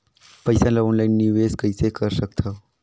पईसा ल ऑनलाइन निवेश कइसे कर सकथव?